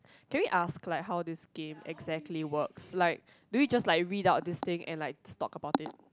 can we ask like how this game exactly works like do we just like read out this thing and like just talk about it